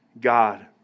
God